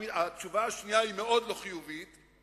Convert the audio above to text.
התשובה השנייה היא מאוד לא חיובית.